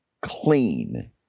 clean